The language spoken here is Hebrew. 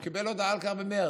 הוא קיבל הודעה על כך במרץ,